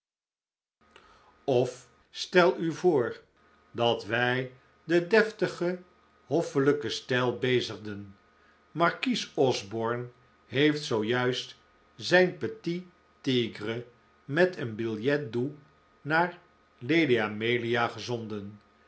of stel u voor dat wij den deftigen hoffelijken stijl bezigden markies osborne heeft zoo juist zijn petit tigre met een billet doux naar lady amelia gezonden